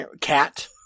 Cat